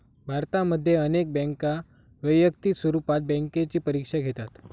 भारतामध्ये अनेक बँका वैयक्तिक स्वरूपात बँकेची परीक्षा घेतात